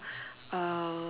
uh